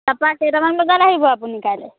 তাৰপৰা কেইটামান বজাত আহিব আপুনি কাইলৈ